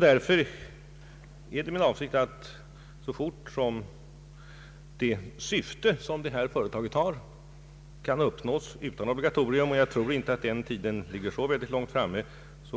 Därför är det min avsikt att så fort som det syfte som detta företag har kan uppnås utan obligatorium — jag tror inte att den tiden ligger så långt framme —